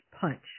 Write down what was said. punch